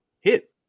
hit